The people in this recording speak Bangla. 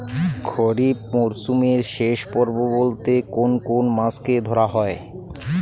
খরিপ মরসুমের শেষ পর্ব বলতে কোন কোন মাস কে ধরা হয়?